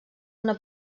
una